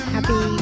Happy